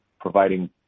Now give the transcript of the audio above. providing